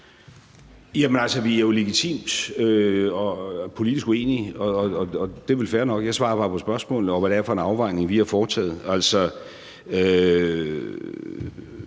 Vi er jo legitimt og politisk uenige, og det er vel fair nok. Jeg svarer bare på spørgsmålene og fortæller, hvad det er for en afvejning, vi har foretaget.